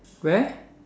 where